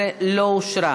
19 לא אושרה.